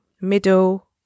middle